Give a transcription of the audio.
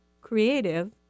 creative